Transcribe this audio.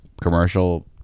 commercial